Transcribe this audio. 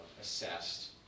assessed